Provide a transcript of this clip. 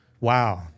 Wow